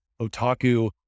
otaku